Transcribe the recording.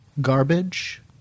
garbage